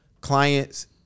clients